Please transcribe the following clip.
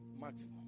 Maximum